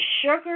sugar